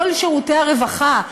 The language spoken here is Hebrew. כל שירותי הרווחה,